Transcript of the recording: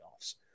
playoffs